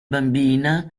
bambina